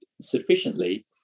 sufficiently